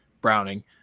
browning